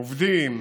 עובדים,